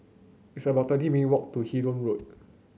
it's about twenty minute walk to Hindoo Road